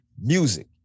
music